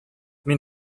мин